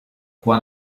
qua